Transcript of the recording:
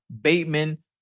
Bateman